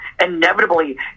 inevitably